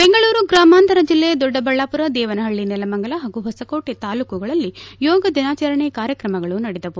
ಬೆಂಗಳೂರು ಗ್ರಾಮಾಂತರ ಜಿಲ್ಲೆಯ ದೊಡ್ಡ ಬಳ್ಳಾಮರ ದೇವನಹಳ್ಳಿ ನೆಲಮಂಗಲ ಹಾಗೂ ಹೊಸಕೋಟೆ ತಾಲೂಕುಗಳಲ್ಲಿ ಯೋಗ ದಿನಾಚರಣೆಯ ಕಾರ್ಯಕ್ರಮಗಳು ನಡೆದವು